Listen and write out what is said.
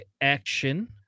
action